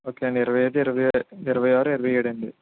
okay అండి ఇరవై ఐదు ఇరవై ఇరవై ఆరు ఇరవై ఏడు అండి